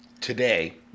today